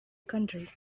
county